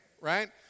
right